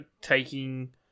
taking